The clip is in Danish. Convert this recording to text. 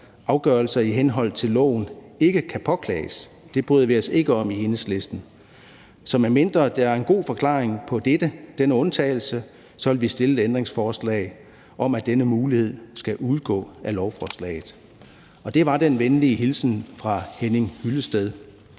afgørelser i henhold til loven ikke kan påklages. Det bryder vi os ikke om i Enhedslisten. Så medmindre der er en god forklaring på denne undtagelse, vil vi stille et ændringsforslag om, at denne mulighed skal udgå af lovforslaget. Det var den venlige hilsen fra hr. Henning Hyllested